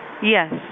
yes